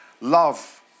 Love